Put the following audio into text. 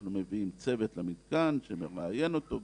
אנחנו מביאים צוות למתקן שמראיין אותו,